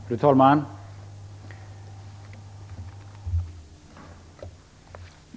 Fru talman!